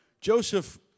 Joseph